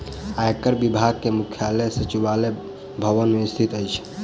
आयकर विभाग के मुख्यालय सचिवालय भवन मे स्थित अछि